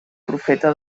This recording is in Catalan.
profeta